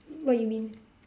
what you mean